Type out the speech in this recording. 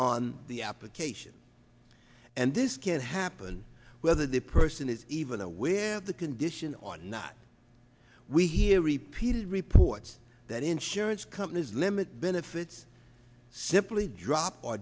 on the application and this can happen whether the person is even aware of the condition or not we hear repeated reports that insurance companies limit benefits simply drop or